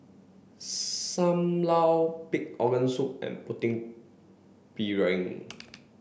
Sam Lau pig organ soup and putu piring